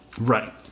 Right